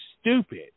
stupid